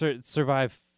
Survive